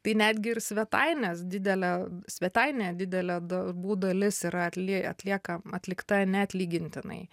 tai netgi ir svetainės didelė svetainė didelė darbų dalis yra atlie atlieka atlikta neatlygintinai